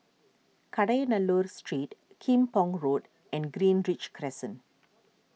Kadayanallur Street Kim Pong Road and Greenridge Crescent